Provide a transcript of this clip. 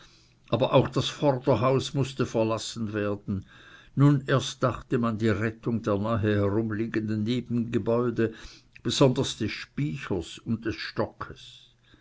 aber auch das vorderhaus mußte verlassen werden nun erst dachte man an die rettung der nahe herumliegenden nebengebäude besonders des spychers und des stockes